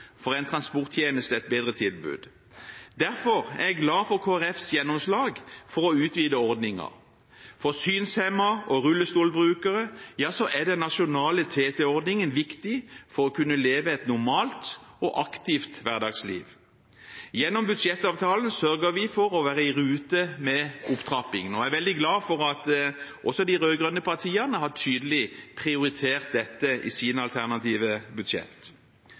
for en transporttjeneste, et bedre tilbud. Derfor er jeg glad for Kristelig Folkepartis gjennomslag for å utvide ordningen. For synshemmede og rullestolbrukere er den nasjonale TT-ordningen viktig for å kunne leve et normalt og aktivt hverdagsliv. Gjennom budsjettavtalen sørger vi for å være i rute med opptrappingen. Jeg er veldig glad for at også de rød-grønne partiene tydelig har prioritert dette i sine alternative budsjett.